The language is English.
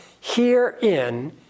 Herein